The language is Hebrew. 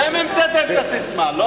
אתם המצאתם את הססמה, לא?